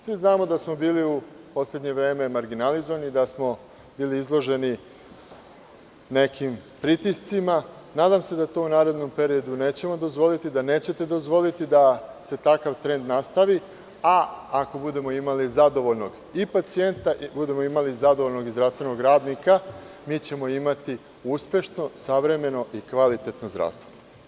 Svi znamo da smo bili u poslednje vreme marginalizovani, da smo bili izloženi nekim pritiscima, nadam se da to u narednom periodu nećemo dozvoliti, da nećete dozvoliti da se takav trend nastavi, a ako budemo imali zadovoljnog i pacijenta, ako budemo imali zadovoljnog i zdravstvenog radnika, mi ćemo imati uspešno, savremeno i kvalitetno zdravstvo.